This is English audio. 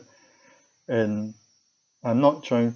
and I'm not trying